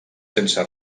sense